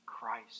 Christ